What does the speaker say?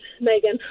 Megan